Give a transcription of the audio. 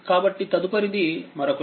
కాబట్టి తదుపరిది మరొకటి